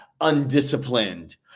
undisciplined